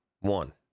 one